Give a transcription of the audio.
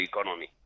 economy